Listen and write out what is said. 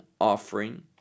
offering